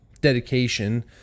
dedication